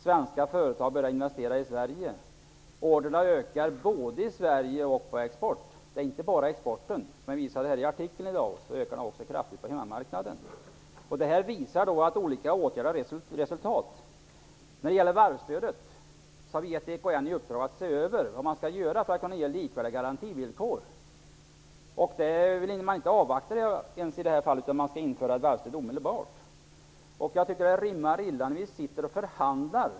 Svenska företag börjar åter investera i Sverige, orderingången ökar både i Sverige och på exportmarknader. Det är inte bara exporten som ökar. Som framgår av den artikel jag hänvisade till är det också en kraftig ökning på hemmamarknaden. Det här visar att olika åtgärder har gett resultat. När det gäller varvsstödet har vi gett EKN i uppdrag att se över vad man skall göra för att kunna ge likvärdiga garantivillkor. Det vill man inte avvakta i det här fallet, utan man skall införa varvsstödet omedelbart, heter det. Jag tycker att det rimmar illa när vi just nu förhandlar.